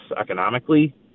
economically